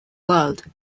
world